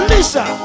Lisa